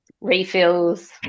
refills